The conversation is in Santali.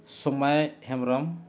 ᱥᱳᱢᱟᱭ ᱦᱮᱢᱵᱨᱚᱢ